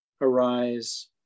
arise